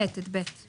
את (ב).